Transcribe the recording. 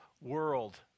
world